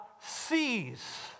sees